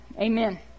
Amen